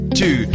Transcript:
two